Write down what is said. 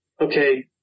okay